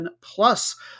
plus